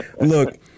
look